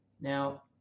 Now